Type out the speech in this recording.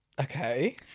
Okay